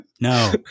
no